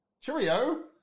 cheerio